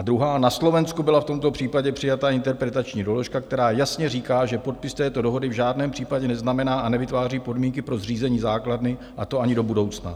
A druhá: Na Slovensku byla v tomto případě přijata interpretační doložka, která jasně říká, že podpis této dohody v žádném případě neznamená a nevytváří podmínky pro zřízení základny, a to ani do budoucna.